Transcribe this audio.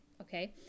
okay